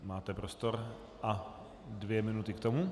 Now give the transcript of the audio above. Máte prostor a dvě minuty k tomu.